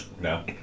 No